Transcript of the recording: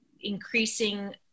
increasing